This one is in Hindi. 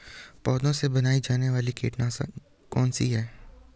पौधों से बनाई जाने वाली कीटनाशक कौन सी है?